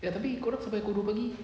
tapi korang sampai dua pagi